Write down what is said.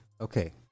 Okay